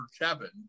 Kevin